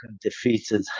defeated